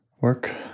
work